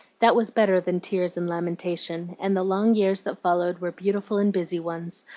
that was better than tears and lamentation, and the long years that followed were beautiful and busy ones,